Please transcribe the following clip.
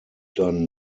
dann